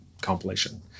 compilation